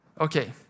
okay